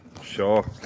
sure